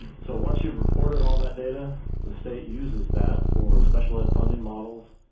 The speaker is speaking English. so once you've reported all that data the state uses that for special ed funding models,